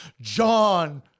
John